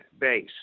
base